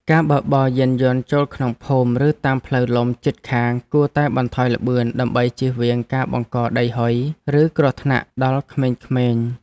ការបើកបរយានយន្តចូលក្នុងភូមិឬតាមផ្លូវលំជិតខាងគួរតែបន្ថយល្បឿនដើម្បីជៀសវាងការបង្កដីហុយឬគ្រោះថ្នាក់ដល់ក្មេងៗ។